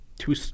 two